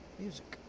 music